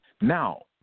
Now